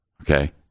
Okay